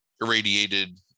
irradiated